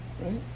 right